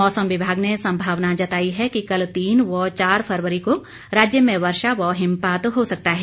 मौसम विभाग ने संभावना जताई है कि कल तीन व चार फरवरी को राज्य में वर्षा व हिमपात हो सकता है